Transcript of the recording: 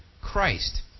Christ